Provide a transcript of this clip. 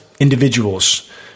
individuals